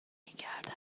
کردم